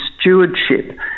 Stewardship